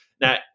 Now